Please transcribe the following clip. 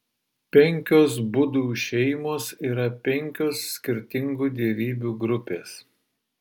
penkios budų šeimos yra penkios skirtingų dievybių grupės